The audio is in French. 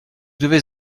devez